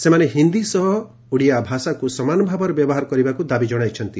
ସେମାନେ ହିନ୍ଦୀ ସହ ଓଡ଼ିଆ ଭାଷାକୁ ସମାନ ଭାବରେ ବ୍ୟବହାର କରିବାକୁ ଦାବି ଜଣାଇଛନ୍ତି